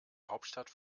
hauptstadt